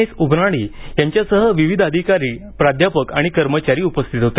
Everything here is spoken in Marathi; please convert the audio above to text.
एस उमराणी यांच्यासह विविध अधिकारी प्राध्यापक आणि कर्मचारी उपस्थित होते